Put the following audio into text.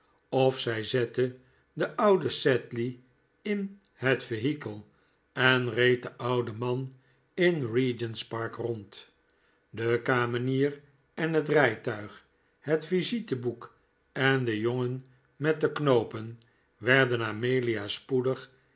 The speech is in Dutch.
of zij zette den ouden sedley in het vehikel en reed den ouden man in regent's park rond de kamenier en het rijtuig het visite boek en de jongen met de knoopen werden amelia spoedig